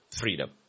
freedom